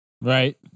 Right